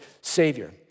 Savior